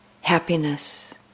happiness